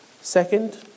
second